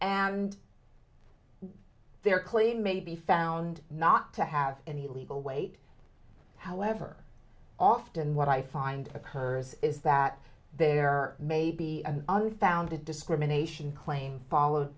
and their claim may be found not to have any legal weight however often what i find occurs is that there may be an unfounded discrimination claim followed